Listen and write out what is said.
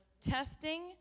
testing